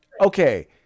okay